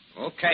Okay